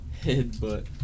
headbutt